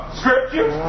scripture